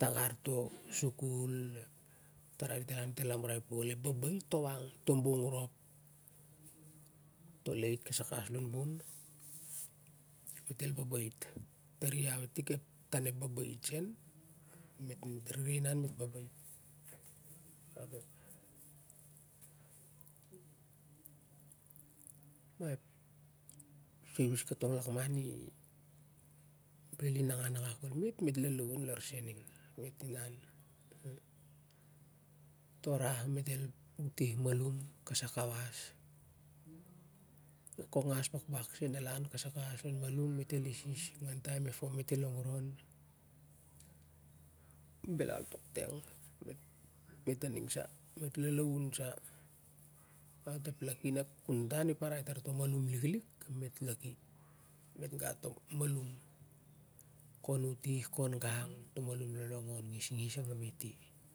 tagar to suku ep babait to wak to bong rop to lait kasai kawas lon bon dit el baba it tari iau itik ep tan ep babait sen na mit rere inan mit baba it ap ep tius ka tong lakman beli nangan akak kol mit, mit lalaun lar sening, ningau to rah utih malum kasai kawas kok ngal bakbak sen kasai kawas lon malum mit isis ningan taem ep fom mit el ogron belal tok teng mit a ning sa mit launa sa ap i laki liklik na ap kuntan i parai tar toh malum liklik ap mit laki mit rere gang ma on to malum liklik ap mit laki mit rere gang ma on to malum kon utih kon gnag ap i lolongor ngisngis.